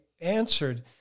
answered